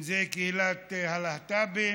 אם זה קהילת הלהט"בים,